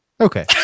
Okay